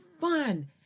fun